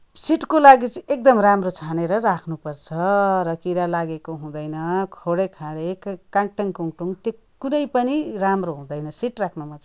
सिडको लागि चाहिँ एकदमै राम्रो छानेर राख्नुपर्छ र किरा लागेको हुँदैन खोँडेखाँडे काङ्टाङ कुङ्टुङ त्यो कुनै पनि राम्रो हुँदैन सिड राख्नमा चाहिँ